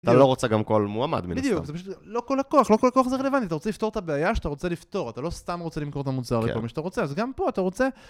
אתה לא רוצה גם כל מועמד, בדיוק, זה פשוט לא כל הכוח, לא כל הכוח זה רלוונטי, אתה רוצה לפתור את הבעיה שאתה רוצה לפתור, אתה לא סתם רוצה למכור את המוצר לכל מי שאתה רוצה, אז גם פה אתה רוצה...